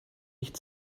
nicht